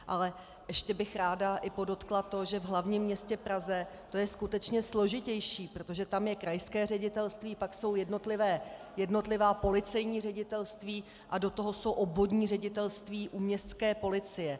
Ale ještě bych ráda podotkla, že v hlavním městě Praze to je skutečně složitější, protože tam je krajské ředitelství, pak jsou jednotlivá policejní ředitelství a do toho jsou obvodní ředitelství u městské policie.